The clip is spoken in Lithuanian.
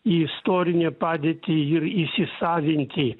į istorinę padėtį ir įsisavinti